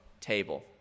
table